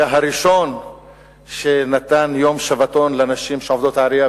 היה הראשון שנתן יום שבתון לנשים עובדות העירייה,